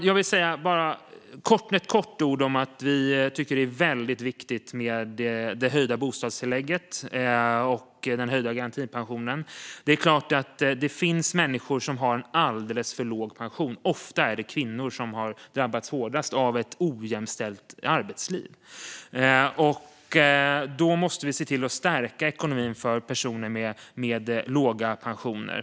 Jag vill bara säga något kort om att vi tycker att det är väldigt viktigt med det höjda bostadstillägget och den höjda garantipensionen. Det är klart att det finns människor som har en alldeles för låg pension. Ofta är det kvinnor som har drabbats hårdast av ett ojämställt arbetsliv. Vi måste se till att stärka ekonomin för personer med låga pensioner.